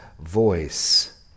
voice